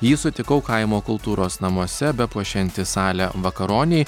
jį sutikau kaimo kultūros namuose bepuošiantį salę vakaronei